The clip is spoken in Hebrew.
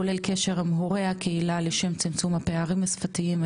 כולל קשר עם הורי הקהילה לשם צמצום הפערים השפתיים,